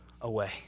away